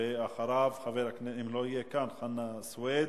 ואם לא יהיה כאן, חנא סוייד.